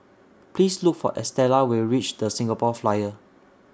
Please Look For Estella when YOU REACH The Singapore Flyer